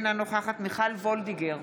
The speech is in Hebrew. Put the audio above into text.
אינה נוכחת מיכל וולדיגר,